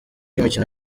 imikino